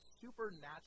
supernatural